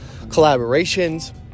collaborations